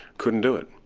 couldn't do it.